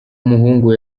muhungu